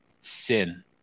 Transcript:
sin